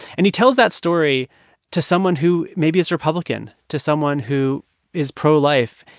and he tells that story to someone who maybe is republican, to someone who is pro-life,